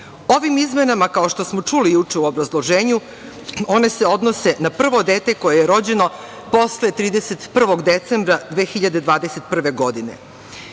izmenama, kao što smo čuli juče u obrazloženju, one se odnose na prvo dete koje je rođeno posle 31. decembra 2021. godine.